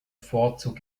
vorzug